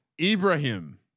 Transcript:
Ibrahim